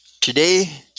Today